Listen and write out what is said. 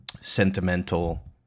sentimental